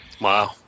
Wow